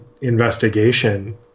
investigation